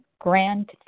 grand